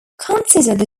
consider